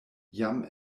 jam